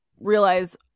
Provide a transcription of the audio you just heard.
realize